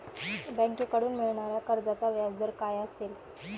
बँकेकडून मिळणाऱ्या कर्जाचा व्याजदर काय असेल?